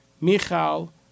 Michal